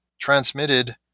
transmitted